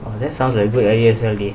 oh that sounds very good